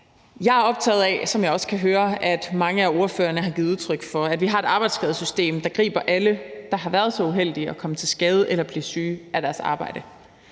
jeg også kan høre mange af ordførerne har givet udtryk for, at vi har et arbejdsskadesystem, der griber alle, der har været så uheldige at komme til skade eller blive syge af deres arbejde.